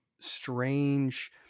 strange –